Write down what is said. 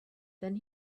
then